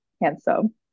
handsome